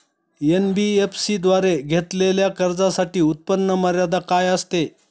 NBFC द्वारे घेतलेल्या कर्जासाठी उत्पन्न मर्यादा काय असते?